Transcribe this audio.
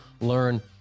learn